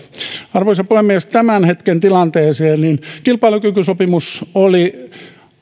arvoisa puhemies tämän hetken tilanteeseen kilpailukykysopimus oli